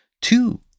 Two